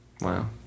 Wow